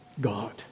God